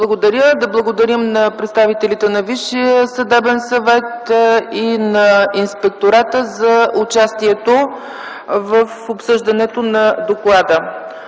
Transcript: е прието. Да благодарим на представителите на Висшия съдебен съвет и на Инспектората за участието в обсъждането на доклада.